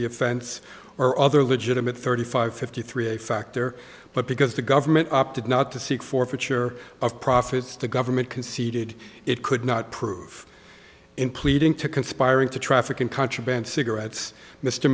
offense or other legitimate thirty five fifty three a factor but because the government opted not to seek forfeiture of profits the government conceded it could not prove in pleading to conspiring to traffic in contraband cigarettes mr